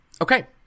Okay